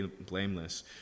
blameless